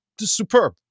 superb